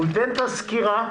הוא ייתן את הסקירה,